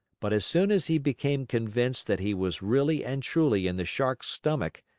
but as soon as he became convinced that he was really and truly in the shark's stomach,